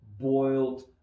boiled